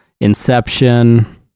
inception